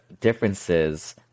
differences